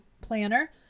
planner